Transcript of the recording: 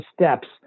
steps